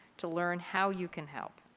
to learn how you can help.